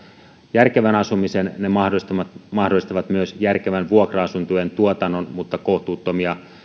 järkevän asumisen ja ne mahdollistavat mahdollistavat myös järkevän vuokra asuntojen tuotannon mutta kohtuuttomia